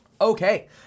Okay